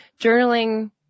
Journaling